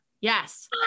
Yes